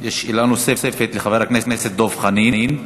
יש שאלה נוספת לחבר הכנסת דב חנין.